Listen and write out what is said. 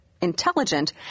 intelligent